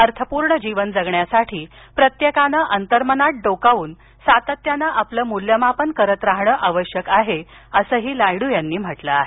अर्थपूर्ण जीवन जगण्यासाठी प्रत्येकानं अंतर्मनात डोकावून सातत्यानं आपल मूल्यमापन करत राहाण आवश्यक असत अस नायडू यांनी या लेखात म्हटलं आहे